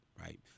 Right